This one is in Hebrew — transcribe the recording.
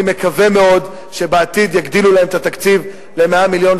אני מקווה מאוד שבעתיד יגדילו להם את התקציב ל-100 מיליון.